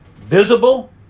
visible